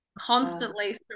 constantly